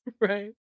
Right